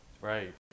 Right